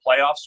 playoffs